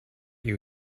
you